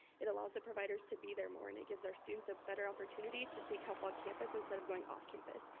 it allows the providers to be there more and it gives our students a better opportunity to seek help on campus instead of going off campus.